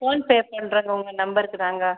phone பே பண்றேங்க உங்க நம்பருக்குதாங்க